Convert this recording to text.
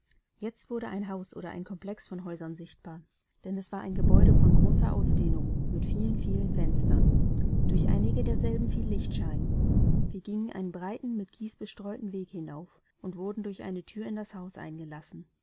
jetzt wurde ein haus oder ein komplex von häusern sichtbar denn es war ein gebäude von großer ausdehnung mit vielen vielen fenstern durch einige derselben fiel lichterschein wir gingen einen breiten mit kies bestreuten weg hinauf und wurden durch eine thür in das haus eingelassen